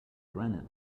granite